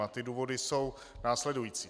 A důvody jsou následující.